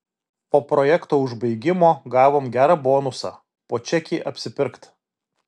po projekto užbaigimo gavom gerą bonusą po čekį apsipirkt